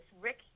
Rick